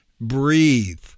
breathe